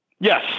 Yes